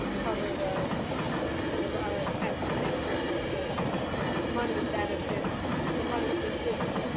cover the sort of our attempt to make certain that this money benefits the money that this